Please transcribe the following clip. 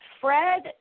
Fred